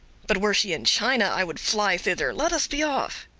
but were she in china i would fly thither let us be off.